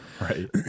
Right